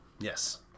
Yes